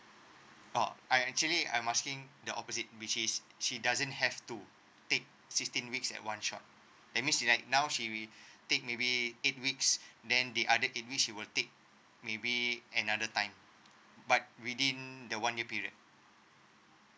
oh I actually I'm asking the opposite which is she doesn't have to take sixteen weeks at one shot that's mean she like now she take maybe eight weeks then the other eight weeks she will take maybe another time but within the one year period